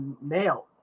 mail